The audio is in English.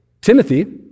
Timothy